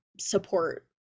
support